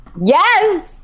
Yes